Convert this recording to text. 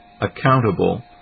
accountable